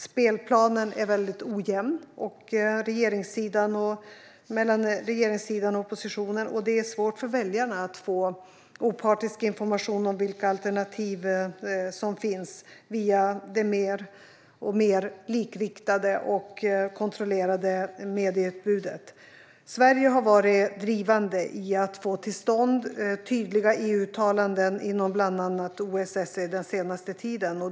Spelplanen är mycket ojämn mellan regeringssidan och oppositionen, och det är svårt för väljarna att få opartisk information om vilka alternativ som finns via det mer och mer likriktade och kontrollerade medieutbudet. Sverige har varit drivande i att få till stånd tydliga EU-uttalanden inom bland annat OSSE den senaste tiden.